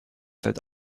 that